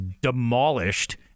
demolished